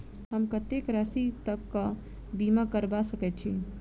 हम कत्तेक राशि तकक बीमा करबा सकैत छी?